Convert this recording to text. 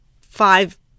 five